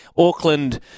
Auckland